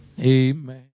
Amen